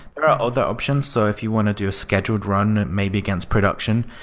there are other options. so if you want to do a scheduled run maybe against production,